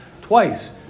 twice